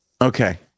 Okay